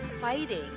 fighting